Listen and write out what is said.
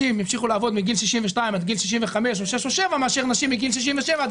ימשיכו לעבוד מגיל 62 עד גיל 65 או 66 או 67 מאשר נשים בגיל 67 עד